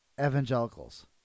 evangelicals